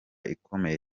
ikomeye